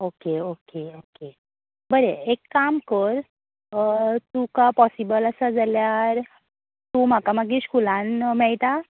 okay okay okay बरें एक काम कर तुका पॉसिबल आसा जाल्यार तूं म्हाका मागीर स्कुलान मेळटा